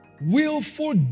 willful